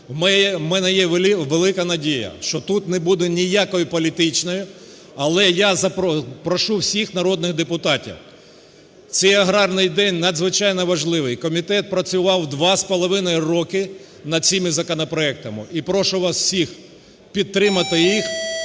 У мене є велика надія, що тут не буде ніякої політичної, але я прошу всіх народних депутатів: цей аграрний день надзвичайно важливий, комітет працював 2,5 роки над цими законопроектами, і прошу вас всіх підтримати їх.